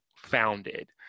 founded